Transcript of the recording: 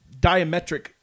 diametric